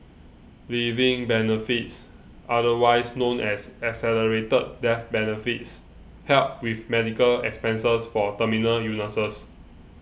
living benefits otherwise known as accelerated death benefits help with medical expenses for terminal illnesses